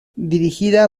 dirigida